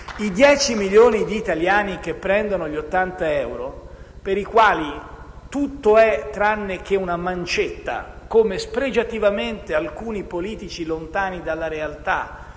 I dieci milioni di italiani che prendono gli ottanta euro, per i quali tutto è tranne che una mancetta come spregiativamente alcuni politici lontani dalla realtà